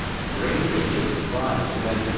great was his surprise when,